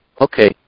okay